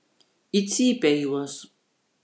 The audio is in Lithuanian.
į cypę juos